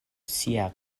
sia